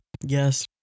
yes